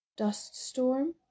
Duststorm